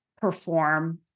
perform